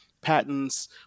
patents